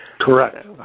Correct